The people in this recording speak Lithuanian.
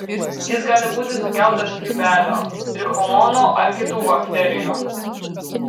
jis gali būti sukeltas grybelio trichomonų ar kitų bakterijų